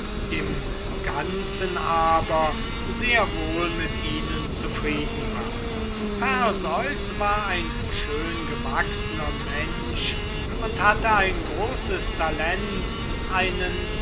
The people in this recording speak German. im ganzen aber sehr wohl mit ihnen zufrieden war perseus war ein schöngewachsner mensch und hatte ein großes talent für einen